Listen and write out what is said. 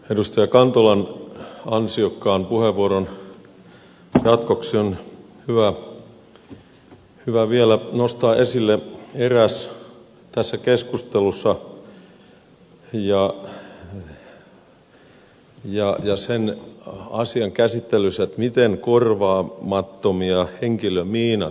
edustaja kantolan ansiokkaan puheenvuoron jatkoksi on hyvä vielä nostaa esille eräs asia tässä keskustelussa ja sen asian käsittelyssä miten korvaamattomia henkilömiinat ovat suomen puolustuskyvylle